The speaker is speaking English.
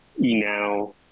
E-Now